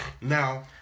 Now